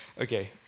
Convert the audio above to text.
okay